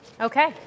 Okay